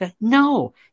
No